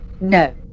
No